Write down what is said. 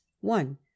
one